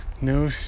no